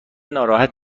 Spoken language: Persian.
ناراحت